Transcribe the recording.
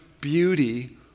beauty